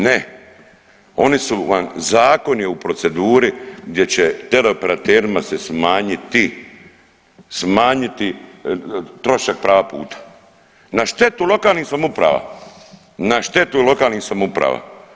Ne, oni su vam, zakon je u proceduri gdje će tele operaterima se smanjiti, smanjiti trošak prava puta na štetu lokalnih samouprava, na štetu lokalnih samouprava.